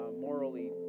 morally